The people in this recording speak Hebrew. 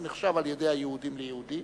הוא נחשב על-ידי היהודים ליהודי